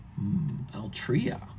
Altria